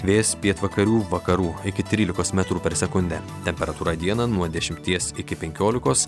vėjas pietvakarių vakarų iki trylikos metrų per sekundę temperatūra dieną nuo dešimties iki penkiolikos